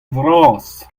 vras